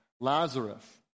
Lazarus